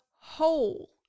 whole